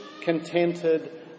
contented